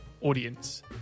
audience